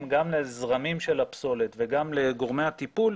גם לזרמים של הפסולת וגם לגורמי הטיפול,